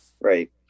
right